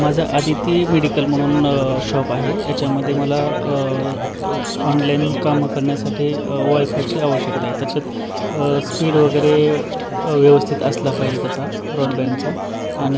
माझं आदिती मेडिकल म्हणून शॉप आहे याच्यामध्ये मला ऑनलाइन कामं करण्यासाठी वाय फायची आवश्यकता आहे त्याच्यात स्पीड वगैरे व्यवस्थित असला पाहिजे त्याचा ब्रॉडबँडचा आणि